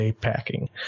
packing